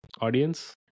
Audience